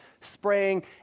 spraying